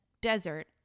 desert